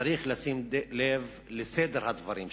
צריך לשים לב לסדר הדברים שלו.